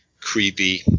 creepy